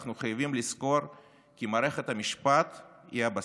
אנחנו חייבים לזכור כי מערכת המשפט היא הבסיס.